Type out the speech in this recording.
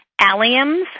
alliums